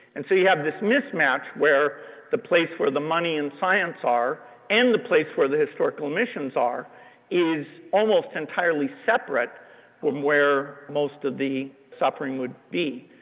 and so you have this mismatch where the place where the money and science are and the place where the historical missions are is almost entirely separate from where most of the suffering would be.